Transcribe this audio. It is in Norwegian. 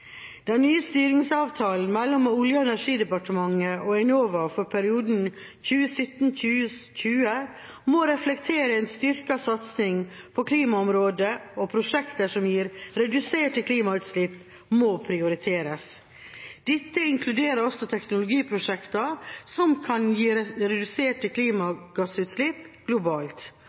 Den nye styringsavtalen mellom Olje- og energidepartementet og Enova for perioden 2017–2020 må reflektere en styrket satsing på klimaområdet, og prosjekter som gir reduserte klimagassutslipp, må prioriteres. Dette inkluderer også teknologiprosjekter som kan gi reduserte klimagassutslipp globalt,